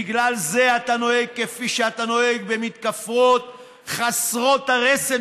בגלל זה אתה נוהג כפי שאתה נוהג במתקפות חסרות הרסן